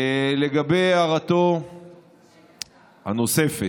לגבי הערתו הנוספת